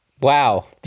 Wow